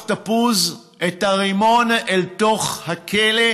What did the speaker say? תפוז את הרימון אל תוך הכלא,